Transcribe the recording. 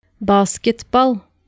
Basketball